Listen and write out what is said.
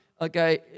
okay